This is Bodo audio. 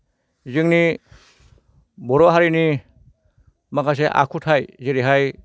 जोंनि बर' हारिनि माखासे आखुथाइ जेरैहाय